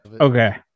Okay